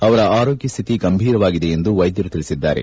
ಅವರ ಆರೋಗ್ಯ ಸ್ಥಿತಿ ಗಂಭೀರವಾಗಿದೆ ಎಂದು ವೈದ್ಯರು ತಿಳಿಸಿದ್ದಾರೆ